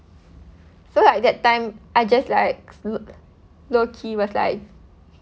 so like that time I just like lo~ low key was like